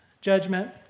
judgment